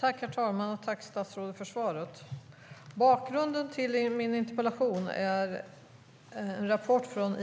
Herr talman! Jag tackar statsrådet för svaret. Bakgrunden till min interpellation är en rapport från